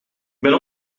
ben